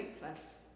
hopeless